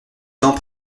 temps